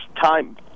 time